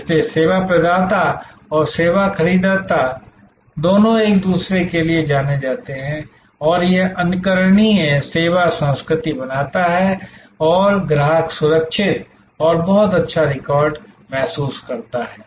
इसलिए सेवा प्रदाता और सेवा खरीदकर्ता दोनों एक दूसरे के लिए जाने जाते हैं और यह एक अनुकरणीय सेवा संस्कृति बनाता है और ग्राहक सुरक्षित और बहुत अच्छा रिकॉर्ड महसूस करता है